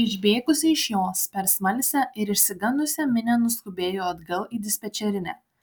išbėgusi iš jos per smalsią ir išsigandusią minią nuskubėjo atgal į dispečerinę